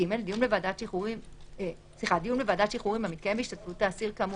(ג)דיון בוועדת שחרורים המתקיים בהשתתפות האסיר כאמור